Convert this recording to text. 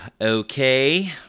Okay